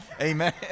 amen